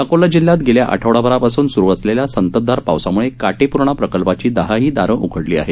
अकोला जिल्ह्यात गेल्या आठवडाभरापासून सुरू असलेल्या संततधार पावसामुळे काटेपूर्णा प्रकल्पाची दहाही दारं उघडली आहेत